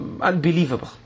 Unbelievable